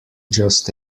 just